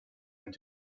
and